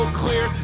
clear